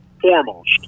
foremost